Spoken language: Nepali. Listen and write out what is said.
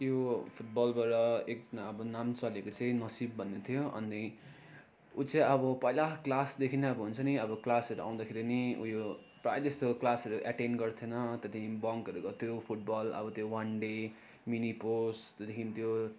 यो फुटबलबाट एकजना अब नाम चलेको चाहिँ नसीब भन्ने थियो अनि उ चाहिँ अब पहिला क्लासदेखि नै अब हुन्छ नि अब क्लासहरू आउँदाखेरि नि उयो प्रायः जस्तो क्लासहरू एटेन गर्थेन त्यहाँदेखि बङ्कहरू गर्थ्यो फुटबल अब त्यो वान डे मिनी पोसदेखि त्यो